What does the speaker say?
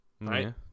Right